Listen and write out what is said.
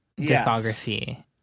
discography